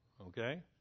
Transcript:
okay